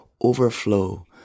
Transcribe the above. overflow